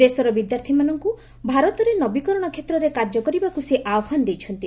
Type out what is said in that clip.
ଦେଶର ବିଦ୍ୟାର୍ଥୀମାନଙ୍କୁ ଭାରତରେ ନବୀକରଣ କ୍ଷେତ୍ରରେ କାର୍ଯ୍ୟ କରିବାକୁ ସେ ଆହ୍ୱାନ ଦେଇଛନ୍ତି